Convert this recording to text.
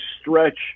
stretch